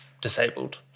disabled